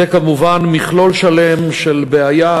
זה כמובן מכלול שלם של בעיות,